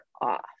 off